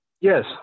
Yes